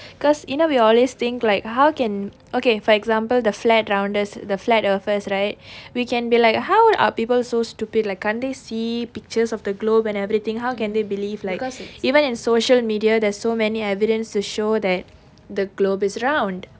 because you know we always think like how can okay for example the flat rounders the flat earthers right we can be like how are people so stupid like can't they see pictures of the globe and everything how can they believe like even in social media there's so many evidence to show that the globe is round